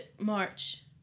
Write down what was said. march